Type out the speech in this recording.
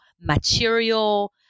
material